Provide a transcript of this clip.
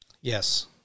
Yes